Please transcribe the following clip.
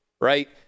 right